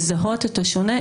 לזהות את השונה,